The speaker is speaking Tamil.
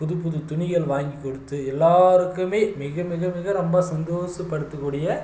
புது புது துணிகள் வாங்கி கொடுத்து எல்லோருக்குமே மிக மிக மிக ரொம்ப சந்தோஷப்படுத்த கூடிய